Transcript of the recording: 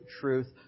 truth